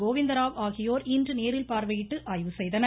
கோவிந்தராவ் ஆகியோர் இன்று நேரில் பார்வையிட்டு ஆய்வு செய்தனர்